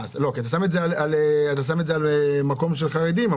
אתה שם את זה על מקום של חרדים,